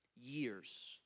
years